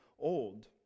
old